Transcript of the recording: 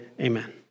amen